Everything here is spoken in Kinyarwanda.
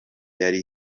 yari